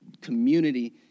community